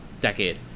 decade